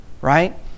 Right